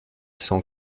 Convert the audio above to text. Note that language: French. sans